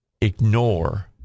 ignore